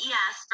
Yes